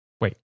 Wait